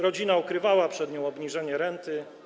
Rodzina ukrywała przed nią obniżenie renty.